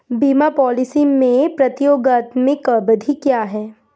बीमा पॉलिसी में प्रतियोगात्मक अवधि क्या है?